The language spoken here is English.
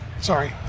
sorry